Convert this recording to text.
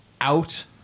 out